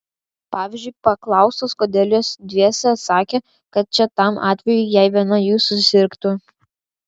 pavyzdžiui paklaustos kodėl jos dviese atsakė kad čia tam atvejui jei viena jų susirgtų